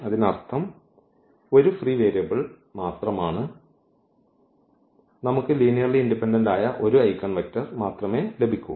അതിനർത്ഥം ഒരു free variable മാത്രമാണ് നമുക്ക് ലീനിയർലി ഇൻഡിപെൻഡന്റ് ആയ ഒരു ഐഗൻവെക്ടർ മാത്രമേ ലഭിക്കൂ